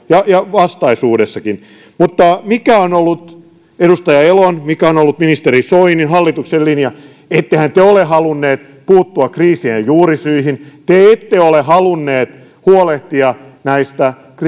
vastaisuudessakin mutta mikä on ollut edustaja elon mikä on ollut ministeri soinin hallituksen linja ettehän te ole halunneet puuttua kriisien juurisyihin te ette ole halunneet huolehtia näistä